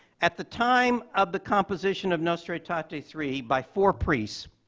at the time of the composition of nostra aetate three by four priests,